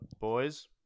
Boys